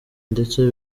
ndetse